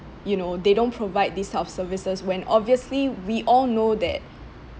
you know they don't provide these type of services when obviously we all know that